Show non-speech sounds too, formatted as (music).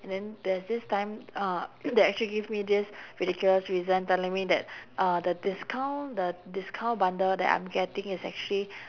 and then there's this time uh (noise) they actually give me this ridiculous reason telling me that uh the discount the discount bundle that I'm getting is actually